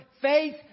Faith